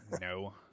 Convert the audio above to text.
No